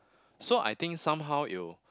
so I think somehow it'll